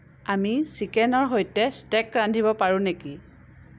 আমি চিকেনৰ সৈতে ষ্টেক ৰান্ধিব পাৰোঁ নেকি